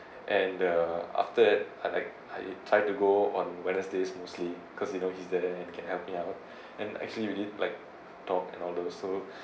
and uh after that I like I try to go on wednesdays mostly because you know he's there he can help me out and actually we did like talk and all those so